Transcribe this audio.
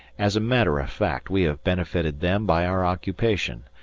as a matter of fact we have benefited them by our occupation,